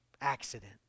accident